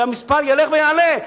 והמספר ילך ויעלה.